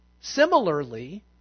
Similarly